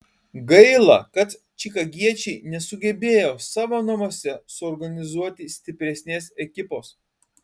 gaila kad čikagiečiai nesugebėjo savo namuose suorganizuoti stipresnės ekipos